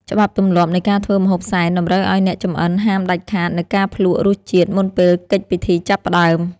ច្បាប់ទម្លាប់នៃការធ្វើម្ហូបសែនតម្រូវឱ្យអ្នកចម្អិនហាមដាច់ខាតនូវការភ្លក្សរសជាតិមុនពេលកិច្ចពិធីចាប់ផ្តើម។